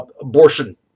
abortion